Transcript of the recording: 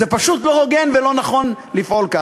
זה פשוט לא הוגן ולא נכון לפעול כך.